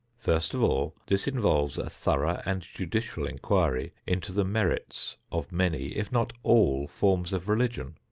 first of all, this involves a thorough and judicial inquiry into the merits of many, if not all, forms of religion,